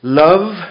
love